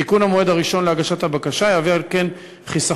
תיקון המועד הראשון להגשת הבקשה יהווה על כן חיסכון